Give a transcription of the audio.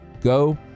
go